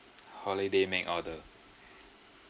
holiday make order